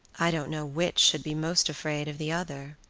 i don't know which should be most afraid of the other,